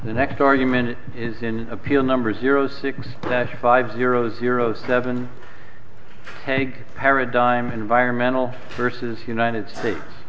the next argument it is in appeal number zero six five zero zero seven hague paradigm environmental versus united states